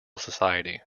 society